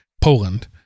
Poland